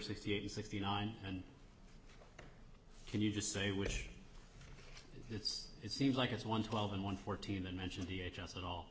sixty eight sixty nine and can you just say which it's it seems like it's one twelve and one fourteen and mention v h s and all